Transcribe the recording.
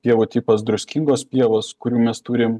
pievų tipas druskingos pievos kur mes turim